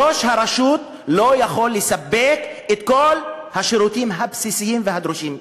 ראש הרשות לא יכול לספק את כל השירותים הבסיסיים הדרושים,